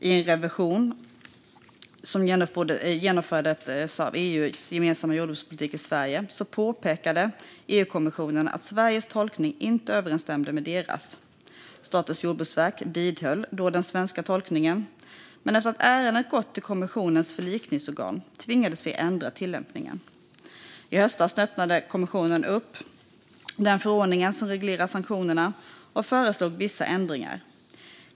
I en revision av genomförandet av EU:s gemensamma jordbrukspolitik i Sverige påpekade EU-kommissionen att Sveriges tolkning inte överensstämde med deras. Statens jordbruksverk vidhöll då den svenska tolkningen, men efter att ärendet gått till kommissionens förlikningsorgan tvingades vi ändra tillämpningen. I höstas öppnande kommissionen upp den förordning som reglerar sanktionerna och föreslog vissa ändringar.